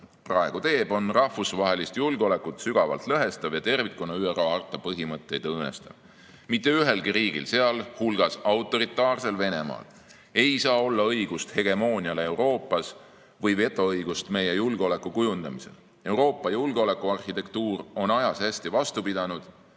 praegu teeb, on rahvusvahelist julgeolekut sügavalt lõhestav ja tervikuna ÜRO harta põhimõtteid õõnestav. Mitte ühelgi riigil, sealhulgas autoritaarsel Venemaal, ei saa olla õigust hegemooniale Euroopas või vetoõigust meie julgeoleku kujundamisel. Euroopa julgeolekuarhitektuur on ajas hästi vastu pidanud